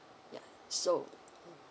ya so